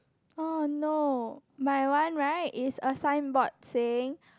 oh no my one right is a signboard saying